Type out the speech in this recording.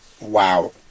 Wow